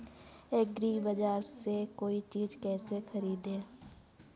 एग्रीबाजार से कोई चीज केसे खरीदें?